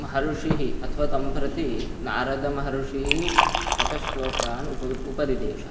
महर्षिः अथवा तं प्रति नारदमहर्षिः शतश्लोकान् उप उपदिदेश